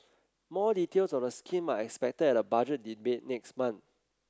more details of the scheme are expected at the Budget Debate next month